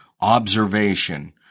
observation